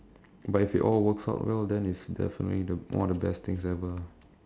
but if it all works out well then it's definitely the one of the best things ever